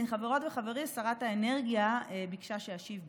חברות וחברים, שרת האנרגיה ביקשה שאשיב בשמה.